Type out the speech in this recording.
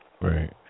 Right